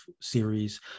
series